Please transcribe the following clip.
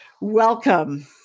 Welcome